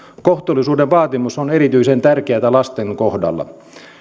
kohtuullisuuden vaatimus on erityisen tärkeä lasten kohdalla